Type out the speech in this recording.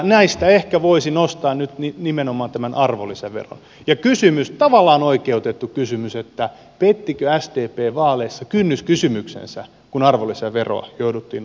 näistä ehkä voisi nostaa nyt nimenomaan tämän arvonlisäveron ja kysymyksen tavallaan oikeutetun kysymyksen pettikö sdp vaaleissa kynnyskysymyksensä kun arvonlisäveroa jouduttiin nostamaan